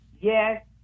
yes